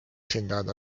esindajad